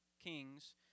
Kings